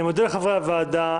אני מודה לחברי הוועדה.